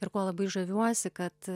ir kuo labai žaviuosi kad